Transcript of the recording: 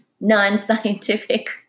non-scientific